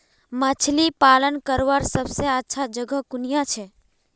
मछली पालन करवार सबसे अच्छा जगह कुनियाँ छे?